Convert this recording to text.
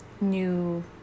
new